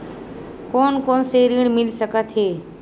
कोन कोन से ऋण मिल सकत हे?